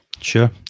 sure